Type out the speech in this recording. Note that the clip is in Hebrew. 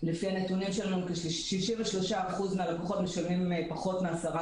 לפי הנתונים שלנו 63% מהלקוחות משלמים פחות מעשרה